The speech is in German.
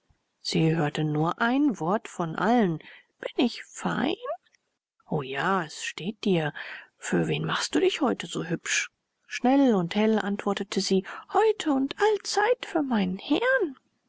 sie hörte nur ein wort von allen bin ich fein o ja es steht dir für wen machst du dich heute so hübsch schnell und hell antwortete sie heute und allzeit für meinen herrn